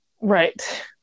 Right